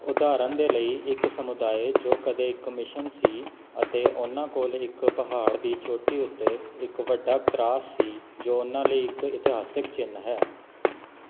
ਉਦਾਹਰਣ ਦੇ ਲਈ ਇੱਕ ਸਮੁਦਾਇ ਜੋ ਕਦੇ ਇੱਕ ਮਿਸ਼ਨ ਸੀ ਅਤੇ ਉਨ੍ਹਾਂ ਕੋਲ ਇੱਕ ਪਹਾੜ ਦੀ ਚੋਟੀ ਉੱਤੇ ਇੱਕ ਵੱਡਾ ਕ੍ਰਾਸ ਸੀ ਜੋ ਉਨ੍ਹਾਂ ਲਈ ਇੱਕ ਇਤਿਹਾਸਕ ਚਿੰਨ੍ਹ ਹੈ